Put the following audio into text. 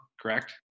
correct